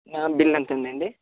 bill ఎంత అయ్యిందండి